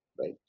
Right